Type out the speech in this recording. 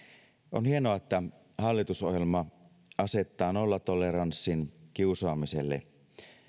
on hienoa että hallitusohjelma asettaa nollatoleranssin kiusaamiselle